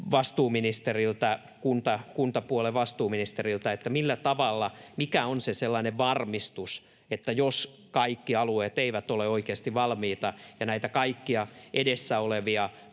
vastuuministeriltä, kuntapuolen vastuuministeriltä: mikä on se sellainen varmistus, että jos kaikki alueet eivät ole oikeasti valmiita ja näitä kaikkia edessä olevia